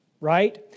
Right